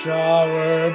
Shower